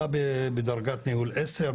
מה בדרגת ניהול 10,